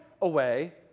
away